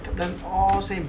them all same